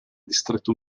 distretto